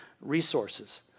resources